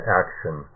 action